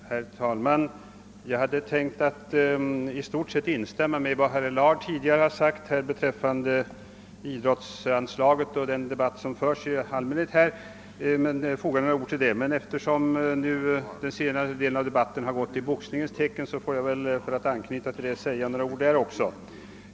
Herr talman! Jag hade tänkt att i stort sett instämma i vad herr Allard tidigare sagt beträffande idrottsanslaget och foga några ord till den allmänna debatt som förts. Men eftersom den senare delen av debatten gått i boxningens tecken får jag väl också säga något härom.